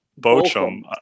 Bochum